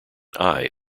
eye